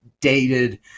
dated